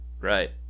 Right